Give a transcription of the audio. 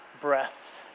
breath